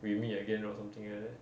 we meet again or something like that